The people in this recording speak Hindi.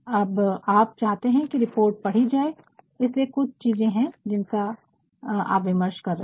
अब आप चाहते है कि आपकी रिपोर्ट पढ़ी जाये इसलिए कुछ चीज़े है जिनका आप विमर्श कर रहे है